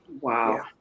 Wow